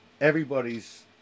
Everybody's